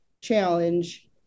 challenge